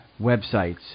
websites